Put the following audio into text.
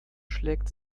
schlägt